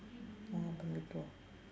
oh primary two ah